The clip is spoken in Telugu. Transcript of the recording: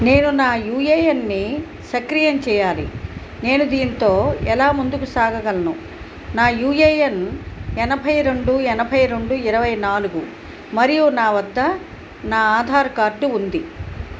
నేను నా యూ ఏ ఎన్ని సక్రియం చేయాలి నేను దీంతో ఎలా ముందుకు సాగగలను నా యూ ఏ ఎన్ ఎనభై రెండు ఎనభై రెండు ఇరవై నాలుగు మరియు నా వద్ద నా ఆధార్ కార్డ్ ఉంది